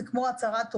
זה כמו הצהרת הון,